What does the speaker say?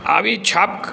આવી છાપ